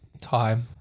time